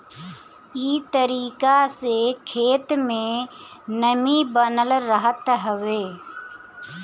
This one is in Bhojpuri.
इ तरीका से खेत में नमी बनल रहत हवे